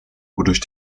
wodurch